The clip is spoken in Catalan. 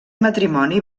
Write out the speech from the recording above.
matrimoni